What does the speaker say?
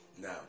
Now